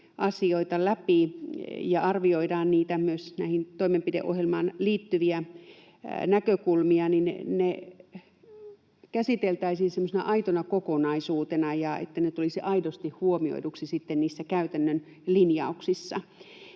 asioita läpi ja arvioidaan myös tähän toimenpideohjelmaan liittyviä näkökulmia, niin ne käsiteltäisiin semmoisena aitona kokonaisuutena ja ne tulisivat aidosti huomioiduiksi niissä käytännön linjauksissa.